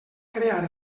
crear